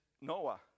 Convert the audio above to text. Noah